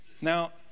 Now